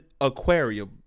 Aquarium